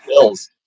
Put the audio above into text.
bills